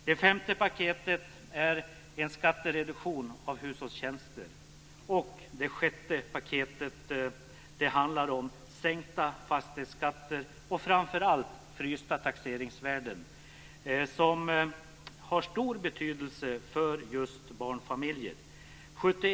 Det sjätte paketet handlar om sänkta fastighetsskatter och framför allt om frysta taxeringsvärden, vilket har stor betydelse för just barnfamiljer.